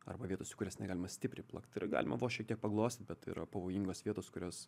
arba vietos į kurias negalima stipriai plakt tai yra galima vos šiek tiek paglostyt bet yra pavojingos vietos kurios